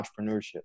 entrepreneurship